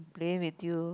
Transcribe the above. playing with you